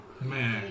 Man